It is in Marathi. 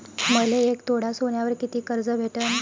मले एक तोळा सोन्यावर कितीक कर्ज भेटन?